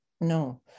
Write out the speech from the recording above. no